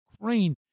Ukraine